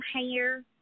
hair